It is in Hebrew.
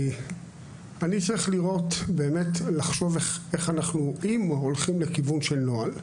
אני צריך לראות ולחשוב, אם הולכים לכיוון של נוהל,